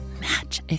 match